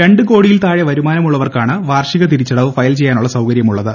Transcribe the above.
രണ്ട് കോടിയിൽ താഴെ വരുമാനമുള്ളവർക്കാണ് വാർഷിക തിരിച്ചടവ് ഫയൽചെയ്യാനുള്ള സൌകര്യമുള്ളത്